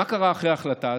מה קרה אחרי ההחלטה הזאת?